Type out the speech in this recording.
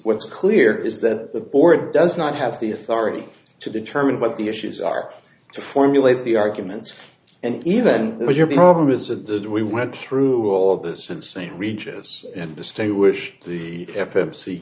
what's clear is that the board does not have the authority to determine what the issues are to formulate the arguments and even though your problem isn't that we went through all of this insane regis and distinguish the f m c